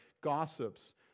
gossips